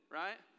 right